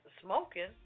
smoking